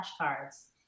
flashcards